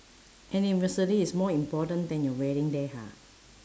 anniversary is more important than your wedding day ha